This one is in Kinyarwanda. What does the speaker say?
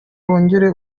wongere